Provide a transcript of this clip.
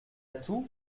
tout